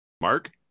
mark